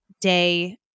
Day